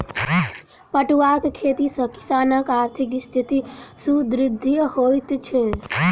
पटुआक खेती सॅ किसानकआर्थिक स्थिति सुदृढ़ होइत छै